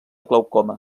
glaucoma